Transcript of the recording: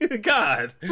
God